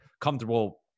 comfortable